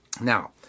Now